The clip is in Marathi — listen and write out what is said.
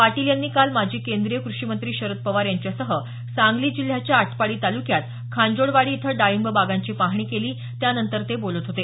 पाटील यांनी काल माजी केंद्रीय कृषीमंत्री शरद पवार यांच्यासह सांगली जिल्ह्याच्या आटपाडी तालुक्यात खांजोडवाडी इथं डाळिंब बागांची पाहणी केली त्यानंतर ते बोलत होते